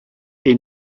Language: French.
est